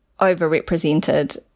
overrepresented